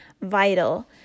vital